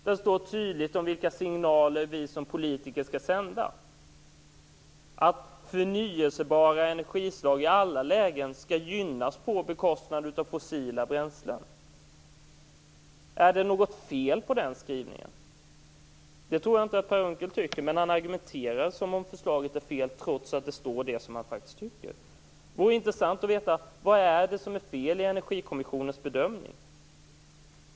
Där står det tydligt vilka signaler vi som politiker skall sända; att förnybara energislag i alla lägen skall gynnas på bekostnad av fossila bränslen. Är det något fel på den skrivningen? Det tror jag inte att Per Unckel tycker, men han argumenterar som om förslaget vore fel trots att det som står faktiskt är vad han själv tycker. Det vore intressant att veta: Vad är det som är fel i Energikommissionens bedömning?